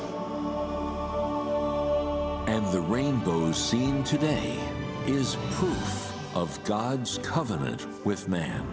mole and the rainbow seen today is of god's covenant with man